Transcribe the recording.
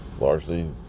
largely